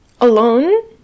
alone